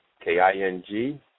K-I-N-G